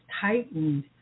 tightened